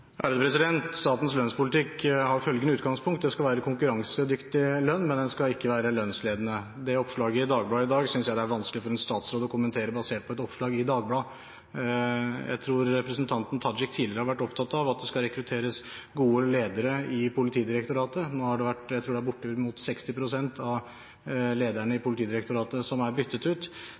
Statens lønnspolitikk har følgende utgangspunkt: Det skal være konkurransedyktig lønn, men den skal ikke være lønnsledende. Det oppslaget i Dagbladet synes jeg det er vanskelig for en statsråd å kommentere. Jeg tror representanten Tajik tidligere har vært opptatt av at det skal rekrutteres gode ledere i Politidirektoratet. Nå tror jeg det er bortimot 60 pst. av lederne i Politidirektoratet som er byttet ut,